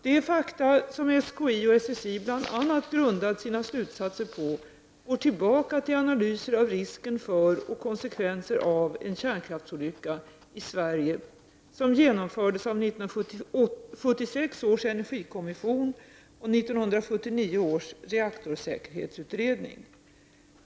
De fakta som SKI och SSI bl.a. grundat sina slutsatser på går tillbaka till analyser av risken för och konsekvenserna av en kärnkraftsolycka i Sverige, som genomfördes av 1976 års energikommission och 1979 års reaktorsäkerhetsutredning .